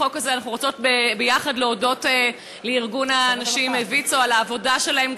החוק הזה: אנחנו רוצות ביחד להודות לארגון הנשים ויצו על העבודה שלהן,